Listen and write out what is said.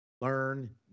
learn